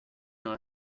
non